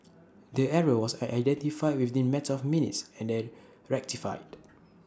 the error was identified within the matter of minutes and then rectified